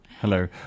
Hello